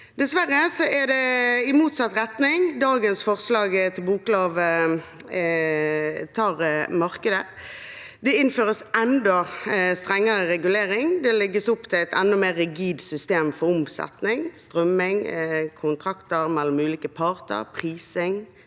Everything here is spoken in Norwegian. Dessverre er det i motsatt retning dagens forslag til boklov tar markedet. Det innføres enda strengere regulering. Det legges opp til et enda mer rigid system for omsetning, strømming, kontrakter mellom ulike parter, prising